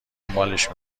دنبالش